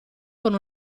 con